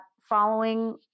following